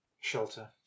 shelter